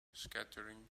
scattering